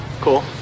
cool